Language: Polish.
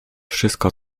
wszystko